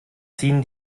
ziehen